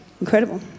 Incredible